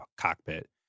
cockpit